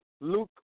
Luke